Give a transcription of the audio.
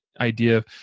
idea